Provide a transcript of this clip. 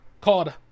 called